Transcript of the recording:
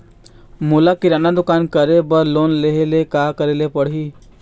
मोला किराना दुकान करे बर लोन लेहेले का करेले पड़ही?